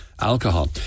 alcohol